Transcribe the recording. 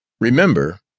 Remember